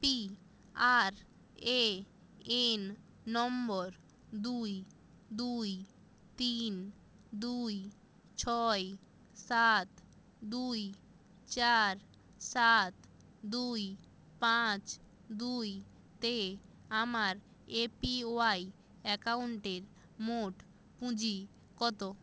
P R A N number দুই দুই তিন দুই ছয় সাত দুই চার সাত দুই পাঁচ দুই তে আমার এ পি ওয়াই অ্যাকাউন্টের মোট পুঁজি কত